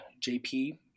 JP